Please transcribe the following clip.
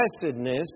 blessedness